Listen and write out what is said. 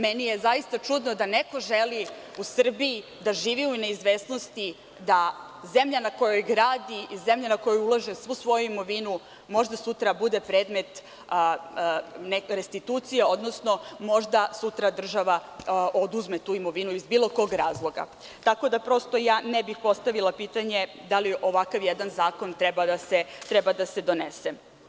Meni je zaista čudno da neko želi u Srbiji da živi u neizvesnosti da zemlja na kojoj gradi i zemlja na koju ulaže svu svoju imovinu možda sutra bude predmet restitucije, odnosno možda sutra država oduzme tu imovinu iz bilo kog razloga, tako da prosto ja ne bih postavila pitanje - da li jedan ovakav zakon treba da se donese?